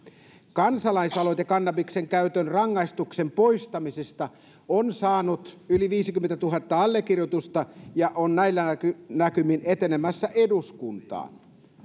kansalaisaloite kannabiksen käytön rangaistavuuden poistamisesta on saanut yli viisikymmentätuhatta allekirjoitusta ja on näillä näkymin etenemässä eduskuntaan